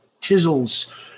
chisels